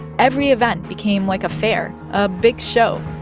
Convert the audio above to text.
every event became like a fair, a big show,